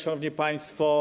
Szanowni Państwo!